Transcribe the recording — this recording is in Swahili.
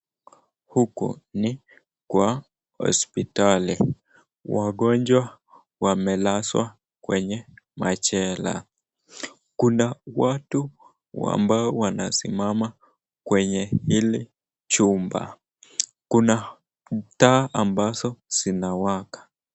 Huku ni kwa hospitali. Wagonjwa wamelazwa kwenye machela. Kuna watu ambao wanasimama kwenye hili chumba. Kuna taa ambazo zinawaka.